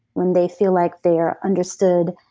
when they feel like they're understood,